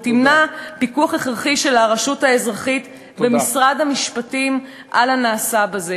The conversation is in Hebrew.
ותמנע פיקוח הכרחי של הרשות האזרחית במשרד המשפטים על הנעשה בזה.